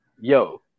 Yo